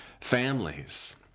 families